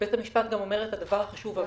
בית המשפט גם אמר את הדבר החשוב הבא: